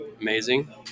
Amazing